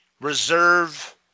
reserve